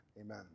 Amen